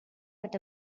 but